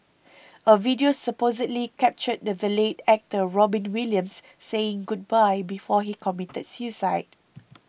a video supposedly captured the late actor Robin Williams saying goodbye before he committed suicide